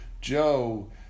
Joe